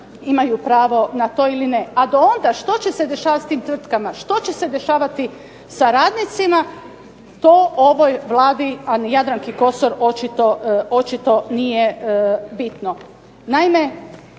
imaju pravo na to ili ne. A do onda što će se dešavati s tim tvrtkama, što će se dešavati sa radnicima to ovoj Vladi a ni Jadranki Kosor očito nije bitno. Naime,